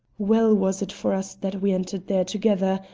well was it for us that we entered there together,